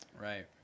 Right